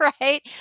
right